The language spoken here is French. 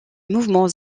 mouvement